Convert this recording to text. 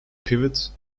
pivot